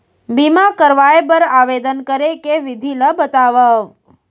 बीमा करवाय बर आवेदन करे के विधि ल बतावव?